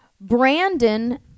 Brandon